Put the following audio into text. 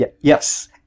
Yes